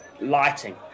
lighting